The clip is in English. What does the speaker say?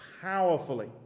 powerfully